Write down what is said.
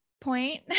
point